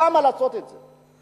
למה לעשות את זה?